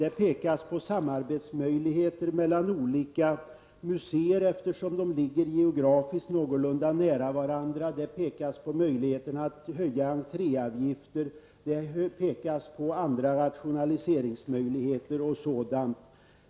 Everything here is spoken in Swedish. Det pekas på samarbetsmöjligheter mellan olika museer eftersom de ligger geografiskt någorlunda nära varandra. Det pekas på möjligheterna att höja entréavgifter. Det pekas på andra rationaliseringsmöjligheter etc.